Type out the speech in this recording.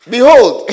Behold